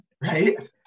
right